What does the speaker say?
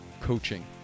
coaching